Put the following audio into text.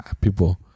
people